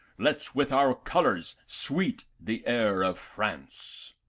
let's with our colours sweet the air of france.